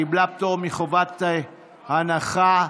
קיבלה פטור מחובת הנחה,